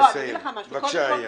בבקשה.